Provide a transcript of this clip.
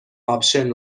آپشن